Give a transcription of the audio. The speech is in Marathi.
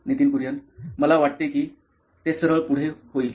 Nitin Kurian COO nine electronics मला वाटते की ते सरळ पुढे होईल